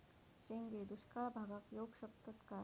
शेंगे दुष्काळ भागाक येऊ शकतत काय?